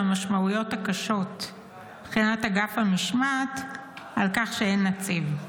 המשמעויות הקשות מבחינת אגף המשמעת על כך שאין נציב: